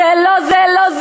זה לא,